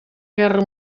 guerra